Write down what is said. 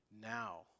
Now